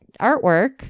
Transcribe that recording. artwork